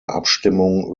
abstimmung